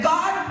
God